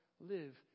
Live